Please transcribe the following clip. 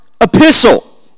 epistle